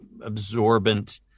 absorbent